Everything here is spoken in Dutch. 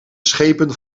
schepen